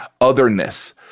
otherness